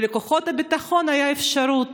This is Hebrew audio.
ולכוחות הביטחון הייתה אפשרות